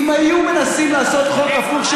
אם היו מנסים לעשות חוק הפוך,